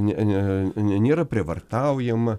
ne ne ne nėra prievartaujama